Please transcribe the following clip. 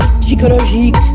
psychologique